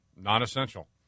non-essential